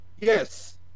Yes